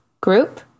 group